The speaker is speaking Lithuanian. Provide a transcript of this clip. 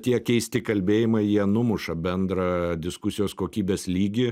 tie keisti kalbėjimai jie numuša bendrą diskusijos kokybės lygį